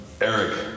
Eric